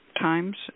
times